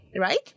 right